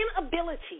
inability